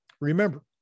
remember